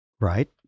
Right